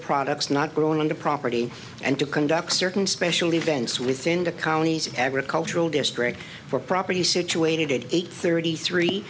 products not grown on the property and to conduct certain special events within the county's agricultural district for property situated at eight thirty three